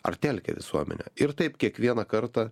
ar telkia visuomenę ir taip kiekvieną kartą